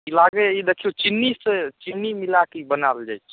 ई लागैए ई चिन्नीसँ चिन्नी मिलाकऽ ई बनाएल जाइ छै